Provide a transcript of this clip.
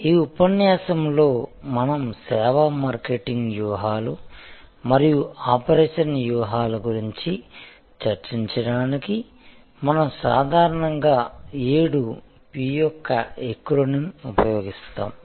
ఈ ఉపన్యాసంలో మనం సేవ మార్కెటింగ్ వ్యూహాలు మరియు ఆపరేషన్ వ్యూహాల గురించి చర్చించడానికి మనం సాధారణంగా ఏడు 'P యొక్క ఎక్రోనిం ఉపయోగిస్తాము